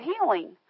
healing